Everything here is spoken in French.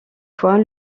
fois